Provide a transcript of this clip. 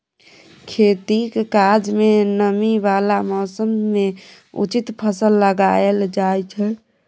खेतीक काज मे नमी बला मौसम मे उचित फसल लगाएल जाइ छै